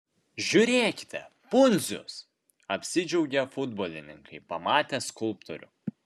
žiūrėkite pundzius apsidžiaugė futbolininkai pamatę skulptorių